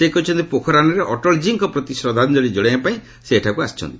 ସେ କହିଛନ୍ତି ପୋଖରାନ୍ରେ ଅଟଳଜୀଙ୍କ ପ୍ରତି ଶ୍ରଦ୍ଧାଞ୍ଜଳୀ ଜଣାଇବା ପାଇଁ ସେ ଏଠାକୁ ଆସିଛନ୍ତି